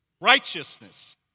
Righteousness